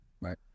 Right